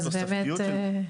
אז באמת --- אוקיי,